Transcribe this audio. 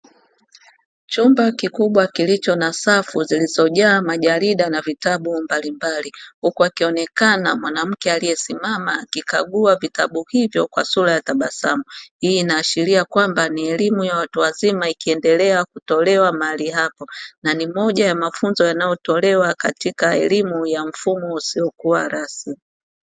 Chumba kikubwa kilicho na safu zilizojaa majarida na vitabu mbalimbali huku akionekana mwanamke aliye simama akikagua vitabu hivyo kwa sura ya tabasamu. Hii inaashiria kwamba ni elimu ya watu wazima ikiendelea kutolewa mahali hapo na nimoja ya mafunzo yanayo tolewa katika elimu ya mfumo usiokua rasmi